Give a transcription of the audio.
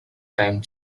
time